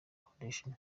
foundation